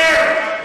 תתפטר.